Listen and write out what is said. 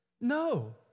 No